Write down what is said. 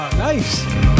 nice